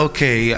Okay